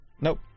Nope